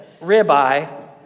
ribeye